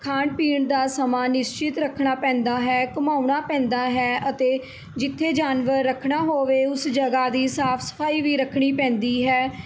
ਖਾਣ ਪੀਣ ਦਾ ਸਮਾਂ ਨਿਸ਼ਚਿਤ ਰੱਖਣਾ ਪੈਂਦਾ ਹੈ ਘੁਮਾਉਣਾ ਪੈਂਦਾ ਹੈ ਅਤੇ ਜਿੱਥੇ ਜਾਨਵਰ ਰੱਖਣਾ ਹੋਵੇ ਉਸ ਜਗ੍ਹਾ ਦੀ ਸਾਫ਼ ਸਫ਼ਾਈ ਵੀ ਰੱਖਣੀ ਪੈਂਦੀ ਹੈ